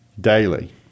daily